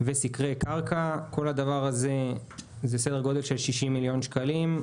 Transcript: וסקרי קרקע - כל הדבר הזה זה סדר גודל של 60 מיליון שקלים.